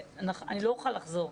אני לא אוכל לחזור.